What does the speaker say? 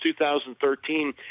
2013